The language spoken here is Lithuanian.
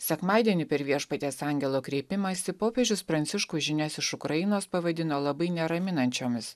sekmadienį per viešpaties angelo kreipimąsi popiežius pranciškus žinias iš ukrainos pavadino labai neraminančiomis